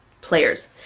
players